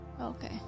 Okay